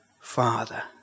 Father